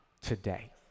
today